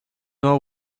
know